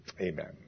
Amen